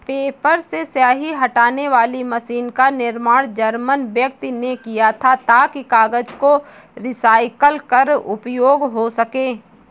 paper से स्याही हटाने वाली मशीन का निर्माण जर्मन व्यक्ति ने किया था ताकि कागज को रिसाईकल कर उपयोग हो सकें